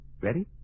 Ready